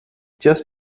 just